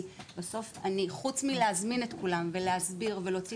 חוץ מלהזמין את כולם ולהסביר ולהוציא